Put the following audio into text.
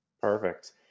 Perfect